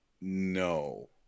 No